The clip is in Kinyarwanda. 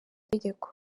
tegeko